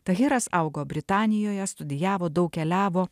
tahiras augo britanijoje studijavo daug keliavo